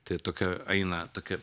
tai tokia eina tokia